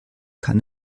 kann